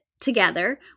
together